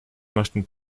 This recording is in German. möchten